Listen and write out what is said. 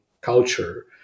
culture